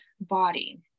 body